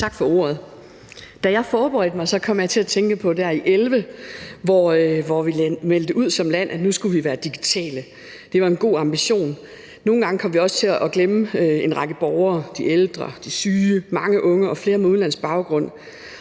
Tak for ordet. Da jeg forberedte mig, kom jeg til at tænke på 2011, hvor vi meldte ud som land, at vi nu skulle være digitale. Det var en god ambition. Nogle gange kom vi også til at glemme en række borgere, de ældre, de syge, mange unge og flere med udenlandsk baggrund.